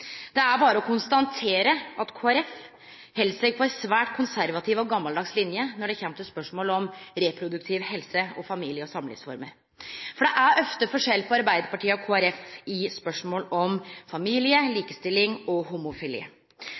Det er berre å konstatere at Kristeleg Folkeparti held seg på ei svært konservativ og gammaldags linje når det kjem til spørsmålet om reproduktiv helse og familie- og samlivsformer. Det er ofte forskjell på Arbeidarpartiet og Kristeleg Folkeparti i spørsmål om familie, likestilling og homofili.